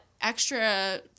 extra